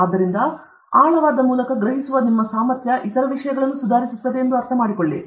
ಆದ್ದರಿಂದ ಆಳವಾದ ಮೂಲಕ ಗ್ರಹಿಸುವ ನಿಮ್ಮ ಸಾಮರ್ಥ್ಯ ಇತರ ವಿಷಯಗಳನ್ನು ಸುಧಾರಿಸುತ್ತದೆ ಎಂದು ಅರ್ಥಮಾಡಿಕೊಳ್ಳಿ